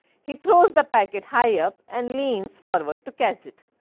he throws the packet high up and leans forward to catch it.